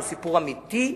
הוא סיפור אמיתי,